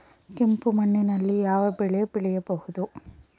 ಕೆಂಪು ಮಣ್ಣಿನಲ್ಲಿ ಯಾವ ಬೆಳೆ ಬೆಳೆಯಬಹುದು?